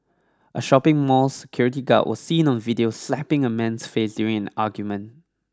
a shopping mall security guard was seen on video slapping a man's face during an argument